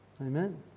Amen